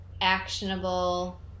actionable